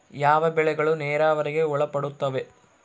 ಯಾವ ಬೆಳೆಗಳು ನೇರಾವರಿಗೆ ಒಳಪಡುತ್ತವೆ?